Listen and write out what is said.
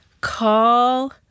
call